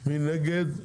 מי נגד?